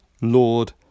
Lord